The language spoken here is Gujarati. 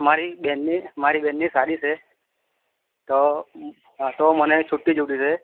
મારી બેનની મારી બેનની શાદી છે તો તો મને છુટ્ટી જોતી છે